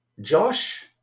Josh